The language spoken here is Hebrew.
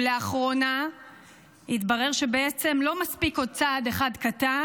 ולאחרונה התברר שבעצם לא מספיק עוד צעד אחד קטן,